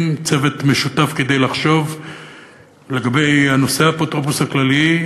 צוות משותף כדי לחשוב לגבי נושא האפוטרופוס הכללי,